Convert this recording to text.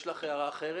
שתי הערות.